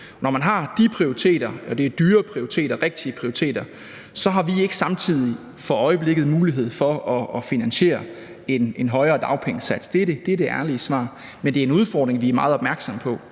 Når man har de prioriteter, og det er dyre prioriteter, rigtige prioriteter, så har vi ikke samtidig for øjeblikket mulighed for at finansiere en højere dagpengesats. Det er det ærlige svar. Men det er en udfordring, vi er meget opmærksomme på.